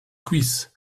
cuisses